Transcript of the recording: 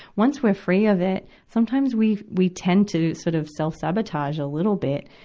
once we're free of it, sometimes we, we tend to sort of self-sabotage a little bit,